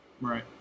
Right